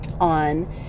on